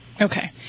Okay